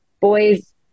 boys